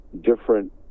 different